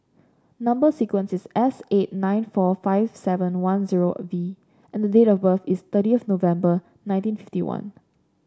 number sequence is S eight nine four five seven one zero V and the date of birth is thirtieth November nineteen fifty one